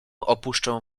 opuszczę